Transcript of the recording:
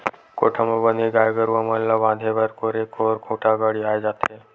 कोठा म बने गाय गरुवा मन ल बांधे बर कोरे कोर खूंटा गड़ियाये जाथे